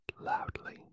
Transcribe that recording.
loudly